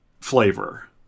flavor